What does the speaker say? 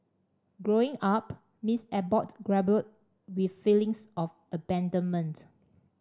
Growing Up Miss Abbott grappled with feelings of abandonment